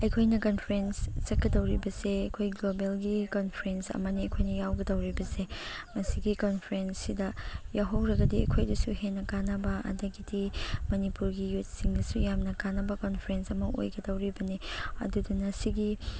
ꯑꯩꯈꯣꯏꯅ ꯀꯟꯐ꯭ꯔꯦꯟꯁ ꯆꯠꯀꯗꯧꯔꯤꯕꯁꯦ ꯑꯩꯈꯣꯏ ꯒ꯭ꯂꯣꯕꯦꯜꯒꯤ ꯀꯟꯐ꯭ꯔꯦꯟꯁ ꯑꯃꯅꯦ ꯑꯩꯈꯣꯏꯅ ꯌꯥꯎꯒꯗꯧꯔꯤꯕꯁꯦ ꯃꯁꯤꯒꯤ ꯀꯟꯐ꯭ꯔꯦꯟꯁꯁꯤꯗ ꯌꯥꯎꯍꯧꯔꯒꯗꯤ ꯑꯩꯈꯣꯏꯗꯁꯨ ꯍꯦꯟꯅ ꯀꯥꯟꯅꯕ ꯑꯗꯒꯤꯗꯤ ꯃꯅꯤꯄꯨꯔꯒꯤ ꯌꯨꯠꯁꯤꯡꯗꯁꯨ ꯌꯥꯝꯅ ꯀꯥꯟꯅꯕ ꯀꯟꯐ꯭ꯔꯦꯟꯁ ꯑꯃ ꯑꯣꯏꯒꯗꯧꯔꯤꯕꯅꯦ ꯑꯗꯨꯗꯨꯅ ꯁꯤꯒꯤ